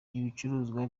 ibicuruzwa